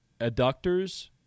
Adductors –